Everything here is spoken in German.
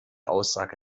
aussage